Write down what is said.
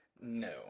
No